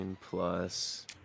plus